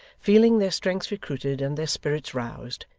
feeling their strength recruited and their spirits roused,